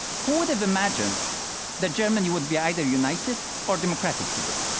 who would have imagined that germany would be either united or democratic today,